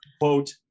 quote